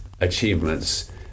achievements